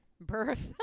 birth